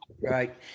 Right